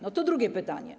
No to drugie pytanie.